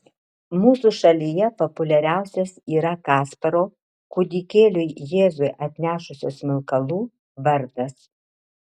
mūsų šalyje populiariausias yra kasparo kūdikėliui jėzui atnešusio smilkalų vardas